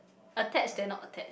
attached then not attached